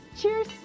Cheers